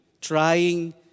trying